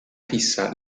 fissa